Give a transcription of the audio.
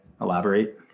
elaborate